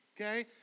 okay